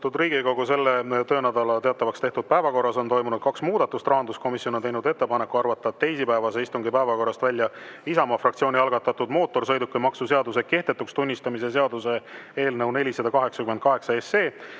Riigikogu, selle töönädala teatavaks tehtud päevakorras on toimunud kaks muudatust. Rahanduskomisjon on teinud ettepaneku arvata teisipäevase istungi päevakorrast välja Isamaa fraktsiooni algatatud mootorsõidukimaksu seaduse kehtetuks tunnistamise seaduse eelnõu 488,